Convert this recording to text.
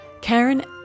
Karen